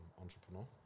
entrepreneur